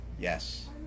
Yes